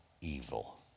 evil